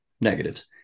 negatives